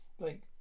Blake